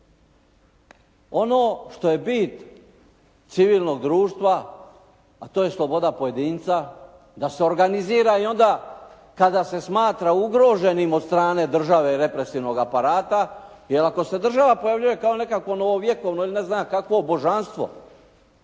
ono što je bit civilnog društva, a to je sloboda pojedinca da se organizira i onda kada se smatra ugroženim od strane države represivnog aparata, jer ako se država pojavljuje kao nekakvo novovjekovno ili ne znam ja kakvo božanstvo